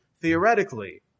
theoretically